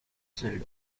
side